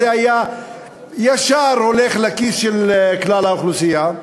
זה היה ישר הולך לכיס של כלל האוכלוסייה?